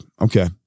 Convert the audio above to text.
okay